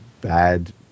bad